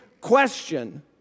question